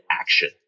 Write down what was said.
action